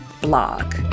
blog